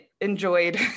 enjoyed